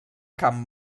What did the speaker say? camp